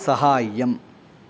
सहायम्